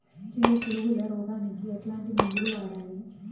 Kilo పులుగుల రోగానికి ఎట్లాంటి మందులు వాడాలి?